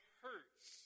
hurts